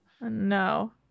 No